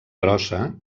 grossa